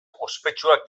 ospetsuak